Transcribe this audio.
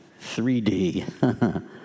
3D